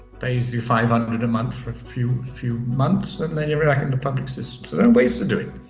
pays you five hundred a month for a few months, and then you react in the public system. so there are ways to do it.